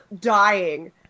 dying